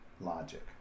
logic